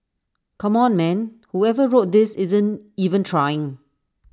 come on man whoever wrote this isn't even trying